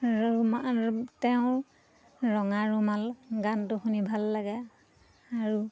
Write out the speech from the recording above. ৰুমাল তেওঁৰ ৰঙা ৰুমাল গানটো শুনি ভাল লাগে আৰু